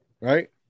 Right